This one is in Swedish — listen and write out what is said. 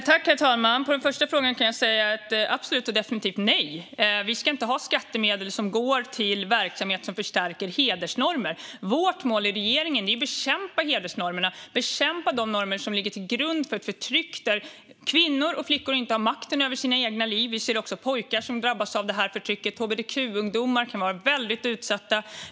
Herr talman! På den första frågan kan jag svara absolut och definitivt nej. Vi ska inte ha skattemedel som går till verksamhet som förstärker hedersnormer. Vårt mål i regeringen är att bekämpa hedersnormerna, att bekämpa de normer som ligger till grund för ett förtryck där kvinnor och flickor inte har makten över sina egna liv. Vi ser också pojkar som drabbas av detta förtryck, och hbtq-ungdomar kan vara väldigt utsatta.